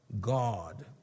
God